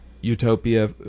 utopia